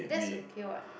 that's okay what